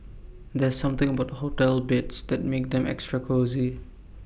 there's something about hotel beds that makes them extra cosy